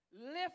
Lift